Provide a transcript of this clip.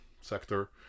sector